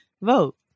Vote